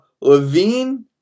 Levine